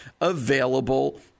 available